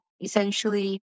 essentially